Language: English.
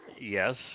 Yes